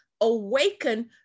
awaken